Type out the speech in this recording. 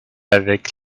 avec